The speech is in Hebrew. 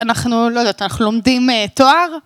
אנחנו, לא יודעת, אנחנו לומדים תואר.